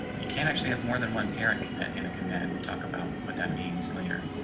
you can actually have more than one parent commit in a command. we'll talk about what that means later.